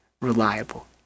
reliable